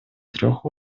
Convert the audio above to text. трех